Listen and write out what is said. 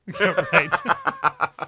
Right